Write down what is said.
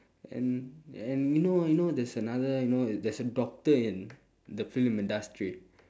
and and you know you know there's another you know there's a doctor in the film industry